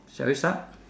shall we start